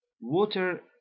Water